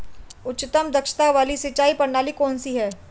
उच्चतम दक्षता वाली सिंचाई प्रणाली कौन सी है?